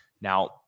Now